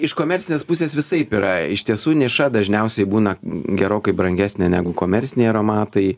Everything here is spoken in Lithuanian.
iš komercinės pusės visaip yra iš tiesų niša dažniausiai būna gerokai brangesnė negu komerciniai aromatai